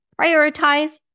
prioritize